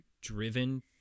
driven